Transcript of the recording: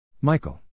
Michael